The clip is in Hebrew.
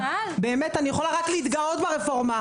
באמת אני יכולה רק להתגאות ברפורמה.